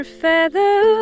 feather